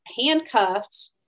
handcuffed